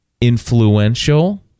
influential